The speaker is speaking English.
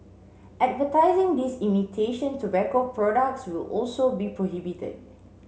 advertising these imitation tobacco products will also be prohibited